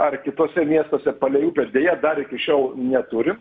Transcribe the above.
ar kituose miestuose palei upes deja dar iki šiol neturim